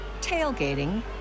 tailgating